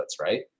right